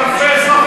של אלפי אזרחים,